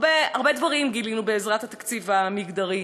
הרבה דברים גילינו בעזרת התקציב המגדרי,